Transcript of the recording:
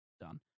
done